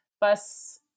bus